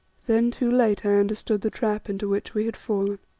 then too late i understood the trap into which we had fallen.